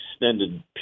extended